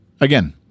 again